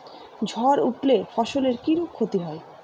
ঝড় উঠলে ফসলের কিরূপ ক্ষতি হয়?